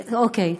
אוקיי.